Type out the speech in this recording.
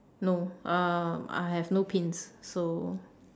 no um I have no pins so